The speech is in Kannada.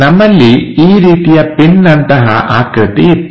ನಮ್ಮಲ್ಲಿ ಈ ರೀತಿಯ ಪಿನ್ನಂತಹ ಆಕೃತಿ ಇತ್ತು